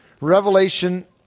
Revelation